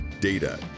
data